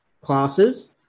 classes